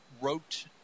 wrote